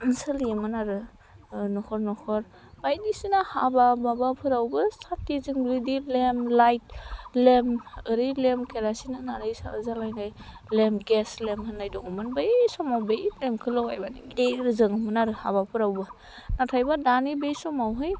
सोलियोमोन आरो न'खर न'खर बायदिसिना हाबा माबाफोरावबो साथिजोंनो बिदि लेम्प लाइट ओरै लेम्प केरासिन होनानै जालायनाय लेम्प गेस लेम्प होन्नाय दङमोन बै समाव बै लेम्पखौ लगायबाय गिदिर जोङोमोन आरो हाबाफोरावबो नाथायबा दानि बे समावहाय